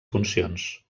funcions